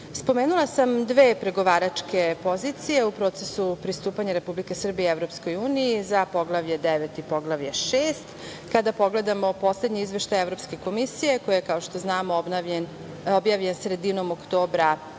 10%.Spomenula sam dve pregovaračke pozicije u procesu pristupanja Republike Srbije EU za Poglavlje 9 i Poglavlje 6. Kada pogledamo poslednje izveštaje Evropske komisije, koji je kao što znamo objavljen sredinom oktobra